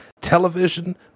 television